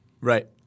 Right